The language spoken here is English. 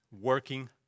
working